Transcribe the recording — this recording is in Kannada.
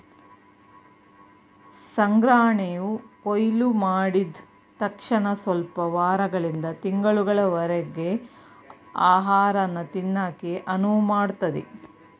ಸಂಗ್ರಹಣೆಯು ಕೊಯ್ಲುಮಾಡಿದ್ ತಕ್ಷಣಸ್ವಲ್ಪ ವಾರಗಳಿಂದ ತಿಂಗಳುಗಳವರರ್ಗೆ ಆಹಾರನ ತಿನ್ನಕೆ ಅನುವುಮಾಡ್ತದೆ